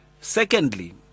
secondly